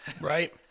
Right